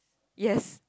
yes